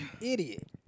Idiot